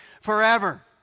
forever